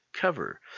cover